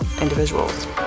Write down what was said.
individuals